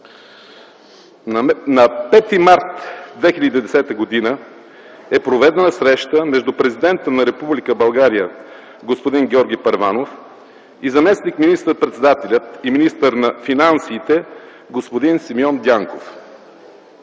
„На 5 март 2010 г. е проведена среща между президента на Република България господин Георги Първанов и заместник министър-председателя и министър на финансите господин Симеон Дянков.